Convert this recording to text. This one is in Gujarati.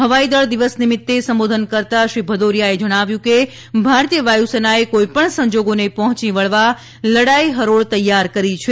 હવાઈ દળ દિવસ નિમિત્તે સંબોધન કરતાં શ્રી ભદૌરીયાએ જણાવ્યું કે ભારતીય વાયુસેનાએ કોઈપણ સંજોગોને પહોચી વળવા લડાઇ હરોળ તૈયાર કરી છે